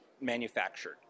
manufactured